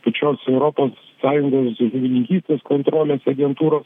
pačios europos sąjungos žuvininkystės kontrolės agentūros